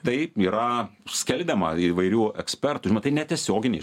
tai yra skelbiama įvairių ekspertų ir matai netiesioginiai